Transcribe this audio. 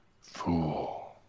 Fool